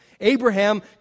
Abraham